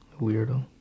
weirdo